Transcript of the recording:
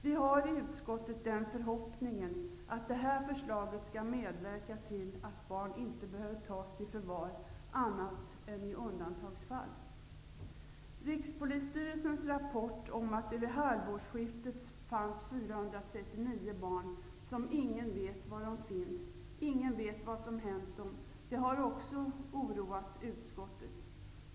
Vi har i utskottet den förhoppningen att det här förslaget skall medverka till att barn inte behöver tas i förvar annat än i undantagsfall. Rikspolisstyrelsens rapport om att det vid halvårsskiftet fanns 439 barn, där ingen vet var de finns och vad som hänt dem, har också oroat utskottet.